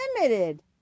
limited